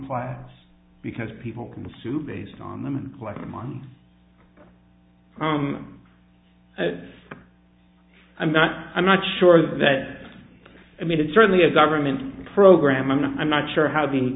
plats because people can sue based on them like among them i'm not i'm not sure that i mean it's certainly a government program and i'm not sure how the